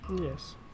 Yes